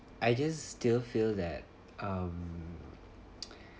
I just still feel that um